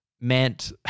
meant